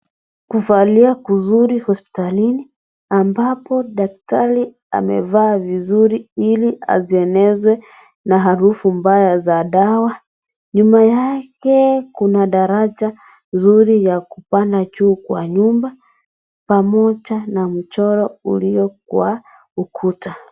Pahali kuzuri hospitalini ambapo daktari amevaa vizuri ili asienezwe na harufu mbaya za dawa. Nyuma yake kuna daraja nzuri ya kupanda juu kwa nyumba pamoja na mchoro ulio juu kwa ukuta.